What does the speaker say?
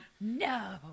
no